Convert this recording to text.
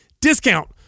discount